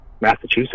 Massachusetts